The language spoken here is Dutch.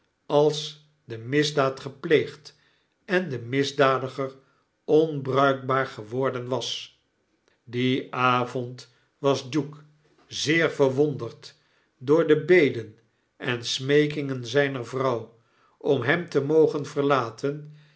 als de misdaad gepleegd en de misdadiger onbruikbaar geworden was dien avond was duke zeer verwonderd door de beden en smeekingen zper vrouw om hem te mogen verlaten